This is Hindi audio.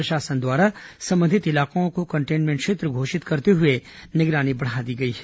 प्रशासन द्वारा संबंधित इलाकों को कंटेनमेंट क्षेत्र घोषित करते हए निगरानी बढा दी गई है